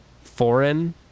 foreign